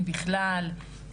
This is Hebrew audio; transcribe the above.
אם בכלל,